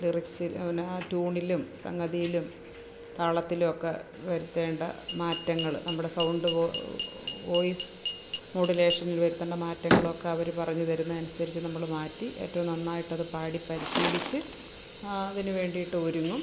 ലിറിക്സിൽ പിന്നെ ആ ട്യൂണിലും സംഗതിയിലും താളത്തിലുമൊക്കെ വരുത്തേണ്ട മാറ്റങ്ങൾ നമ്മുടെ സൗണ്ട് വോയിസ് മോഡുലേഷനിൽ വരുത്തേണ്ട മാറ്റങ്ങളൊക്കെ അവർ പറഞ്ഞു തരുന്ന അനുസരിച്ച് നമ്മൾ മാറ്റി ഏറ്റവും നന്നായിട്ടത് പാടി പരിശീലിച്ച് അതിനു വേണ്ടിയിട്ട് ഒരുങ്ങും